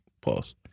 Pause